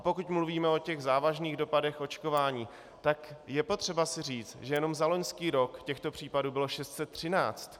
Pokud mluvíme o těch závažných dopadech očkování, je potřeba si říct, že jenom za loňský rok těchto případů bylo 613.